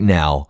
now